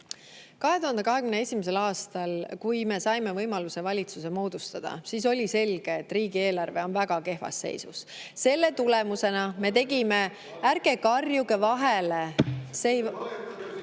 2021. aastal, kui me saime võimaluse valitsuse moodustada, siis oli selge, et riigieelarve on väga kehvas seisus. Selle tulemusena me tegime … (Hääl saalist.) Ärge karjuge vahele!